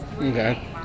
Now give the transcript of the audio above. Okay